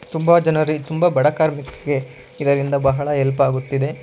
ತುಂಬ ಜನರ ತುಂಬ ಬಡಕಾರ್ಮಿಕಗೆ ಇದರಿಂದ ಬಹಳ ಹೆಲ್ಪಾಗುತ್ತಿದೆ